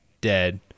dead